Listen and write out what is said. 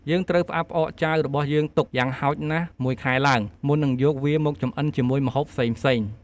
យើងត្រូវផ្អាប់់ផ្អកចាវរបស់យើងទុក យ៉ាងហោចណាស់មួយខែឡើង មុននឹងយកវាមកចម្អិនជាម្ហូបផ្សេងៗ។